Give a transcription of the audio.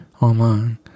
online